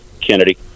kennedy